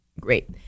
great